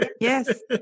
yes